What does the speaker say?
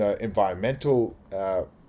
environmental